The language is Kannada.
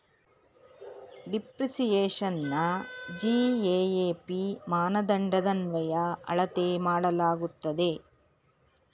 ಡಿಪ್ರಿಸಿಯೇಶನ್ನ ಜಿ.ಎ.ಎ.ಪಿ ಮಾನದಂಡದನ್ವಯ ಅಳತೆ ಮಾಡಲಾಗುತ್ತದೆ